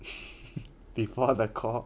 before the call